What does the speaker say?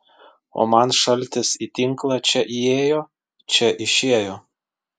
o man šaltis į tinklą čia įėjo čia išėjo